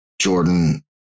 Jordan